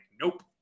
nope